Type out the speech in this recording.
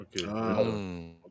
Okay